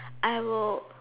I will